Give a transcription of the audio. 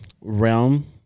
Realm